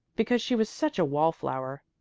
because she was such a wall-flower.